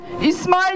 Ismail